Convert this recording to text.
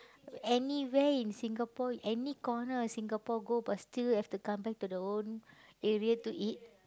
anywhere in Singapore any corner of Singapore go but still have to come back to the own area to eat